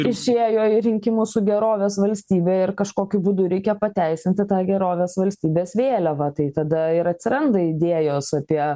išėjo į rinkimus su gerovės valstybe ir kažkokiu būdu reikia pateisinti tą gerovės valstybės vėliavą tai tada ir atsiranda idėjos apie